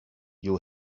you